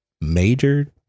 major